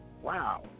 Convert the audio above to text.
wow